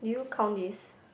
did you count this